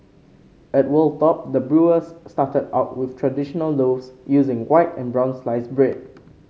at Wold Top the brewers started out with traditional loaves using white and brown sliced bread